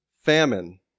famine